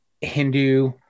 Hindu